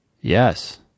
Yes